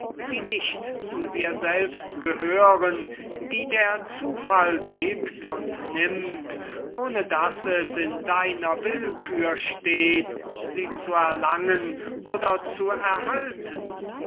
die nicht zu dir selbst gehören die der zufall gibt und nimmt ohne daß es in deiner willkür steht sie zu erlangen oder zu erhalten